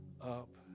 up